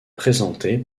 présentée